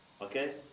okay